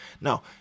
Now